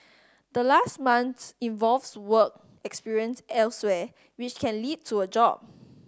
the last month involves work experience elsewhere which can lead to a job